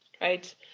right